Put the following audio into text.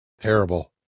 terrible